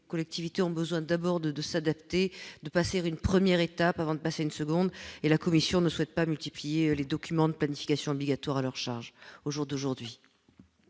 collectivités ont d'abord besoin de s'adapter, de passer la première étape avant d'aborder la seconde. La commission ne souhaite donc pas multiplier les documents de planification obligatoires à leur charge, du moins aujourd'hui.